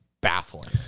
baffling